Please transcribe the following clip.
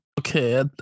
Okay